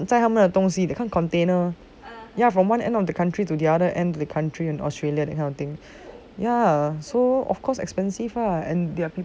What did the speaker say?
载他们的东西那个 container ya from one end of the country to the other end the country and australia that kind of thing ya so of course expensive lah and